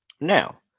Now